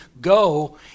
go